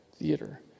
theater